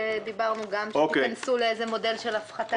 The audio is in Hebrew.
שדיברנו שתיכנסו לאיזה מודל של הפחתה,